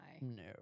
no